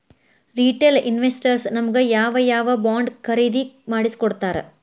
Retail investors ನಮಗ್ ಯಾವ್ ಯಾವಬಾಂಡ್ ಖರೇದಿ ಮಾಡ್ಸಿಕೊಡ್ತಾರ?